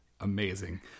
amazing